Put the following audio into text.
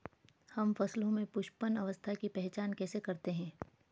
हम फसलों में पुष्पन अवस्था की पहचान कैसे करते हैं?